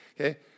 Okay